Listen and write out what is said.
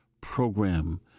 program